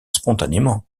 spontanément